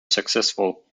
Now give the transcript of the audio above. successful